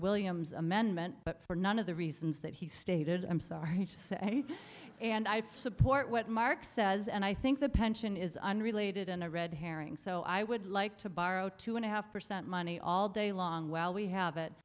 williams amendment for none of the reasons that he stay david i'm sorry and i feel support what marc says and i think the pension is unrelated in a red herring so i would like to borrow two and a half percent money all day long well we have it